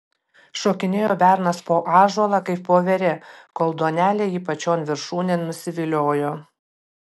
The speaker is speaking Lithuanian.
šokinėjo bernas po ąžuolą kaip voverė kol duonelė jį pačion viršūnėn nusiviliojo